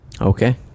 okay